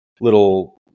little